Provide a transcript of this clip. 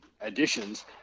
additions